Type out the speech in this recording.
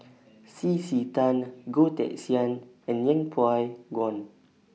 C C Tan Goh Teck Sian and Yeng Pway Ngon